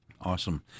Awesome